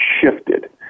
shifted